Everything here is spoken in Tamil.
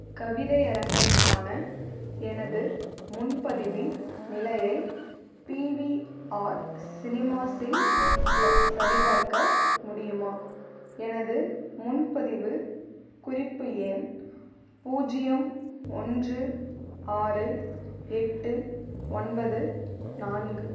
கவிதையரங்கம் க்கான எனது முன்பதிவின் நிலையை பிவிஆர் சினிமாஸில் ப சரிபார்க்க முடியுமா எனது முன்பதிவு குறிப்பு எண் பூஜ்ஜியம் ஒன்று ஆறு எட்டு ஒன்பது நான்கு